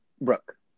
Brooke